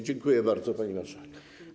Dziękuję bardzo, pani marszałek.